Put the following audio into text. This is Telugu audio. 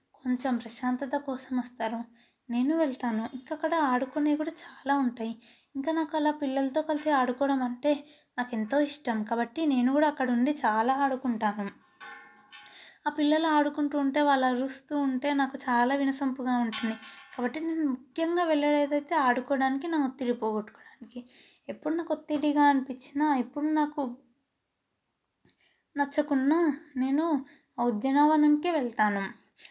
కొంచెం ప్రశాంతత కోసం వస్తారు నేను వెళతాను ఇంకా అక్కడ ఆడుకునేవి కూడా చాలా ఉంటాయి ఇంకా నాకు అలా పిల్లలతో కలిసి ఆడుకోవడం అంటే నాకెంతో ఇష్టం కాబట్టి నేను కూడా అక్కడ ఉండి చాలా ఆడుకుంటాను ఆ పిల్లలు ఆడుకుంటూ ఉంటే వాళ్ళ అరుస్తూ ఉంటే నాకు చాలా వినసొంపుగా ఉంటుంది కాబట్టి నేను ముఖ్యంగా వెళ్ళేది అయితే ఆడుకోవడానికి నాకు ఒత్తిడి పోవడానికి ఎప్పుడు నాకు ఒత్తిడిగా అనిపించినా ఎప్పుడూ నాకు నచ్చకున్నా నేను ఉద్యనవనంలోకి వెళతాను